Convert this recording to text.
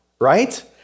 Right